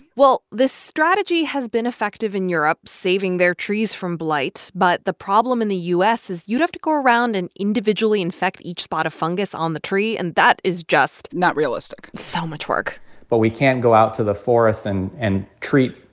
well, this strategy has been effective in europe, saving their trees from blight. but the problem in the u s. is you'd have to go around and individually infect each spot of fungus on the tree, and that is just. not realistic so much work but we can't go out to the forest and and treat